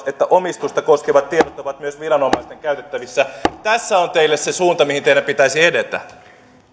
että omistusta koskevat tiedot ovat myös viranomaisten käytettävissä tässä on teille se suunta mihin teidän pitäisi edetä